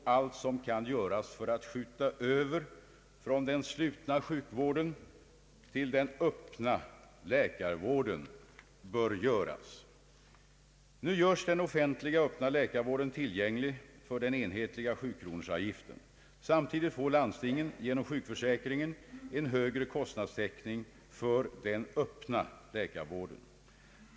Allt som kan göras för att skjuta över belastningen från den slutna sjukvården till den öppna läkarvården bör göras. Nu görs den offentliga öppna läkarvården tillgänglig för den enhetliga 7-kronorsavgiften. Samtidigt får landstingen genom sjukförsäkringen en högre kostnadstäckning för den öppna läkarvården.